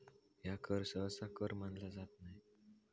ह्या कर सहसा कर मानला जात नाय